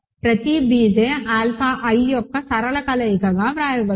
ప్రతి b j alpha i యొక్క సరళ కలయికగా వ్రాయవచ్చు